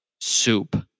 soup